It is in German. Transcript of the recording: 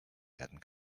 werden